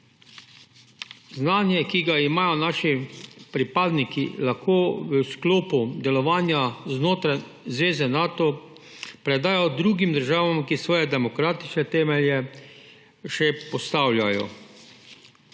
Znanje, ki ga imajo naši pripadniki, lahko v sklopu delovanja znotraj zveze Nato predajo drugim državam, ki svoje demokratične temelje še postavljajo.